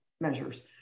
measures